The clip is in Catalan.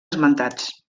esmentats